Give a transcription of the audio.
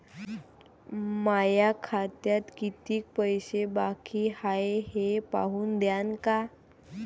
माया खात्यात कितीक पैसे बाकी हाय हे पाहून द्यान का?